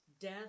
death